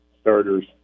starters